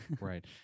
right